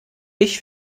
ich